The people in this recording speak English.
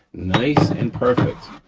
nice and perfect.